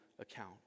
account